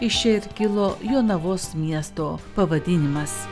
iš čia ir kilo jonavos miesto pavadinimas